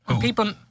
People